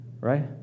Right